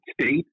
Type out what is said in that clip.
state